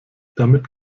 damit